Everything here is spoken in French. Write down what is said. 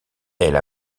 elle